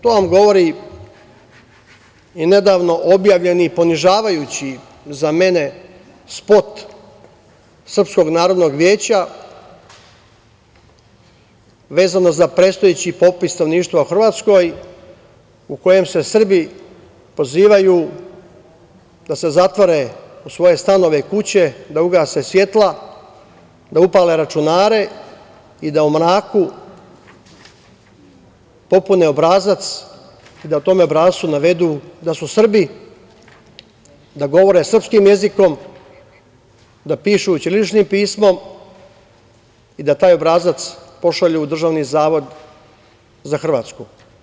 To vam govori i nedavno objavljeni i ponižavajući za mene spot Srpskog narodnog veća, vezano za prestojeći popis stanovništva u Hrvatskoj, u kojem se Srbi pozivaju da se zatvore u svoje stanove i kuće, da ugase svetla, da upale računare i da u mraku popune obrazac, da u tom obrascu navedu da su Srbi, da govore srpskim jezikom, da pišu ćiriličnim pismom i da taj obrazac pošalju u Državni zavod za Hrvatsku.